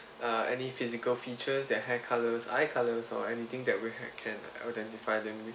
uh any physical features their hair colours eye colours or anything that we have can identify them with